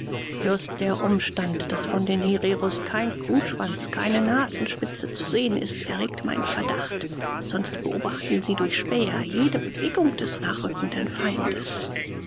just der umstand daß von den hereros kein kuhschwanz keine nasenspitze zu sehen ist erregt meinen verdacht sonst beobachten sie durch späher jede bewegung des nachrückenden feindes